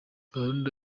gahunda